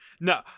No